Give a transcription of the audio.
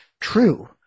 true